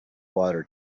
water